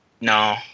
No